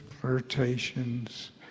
flirtations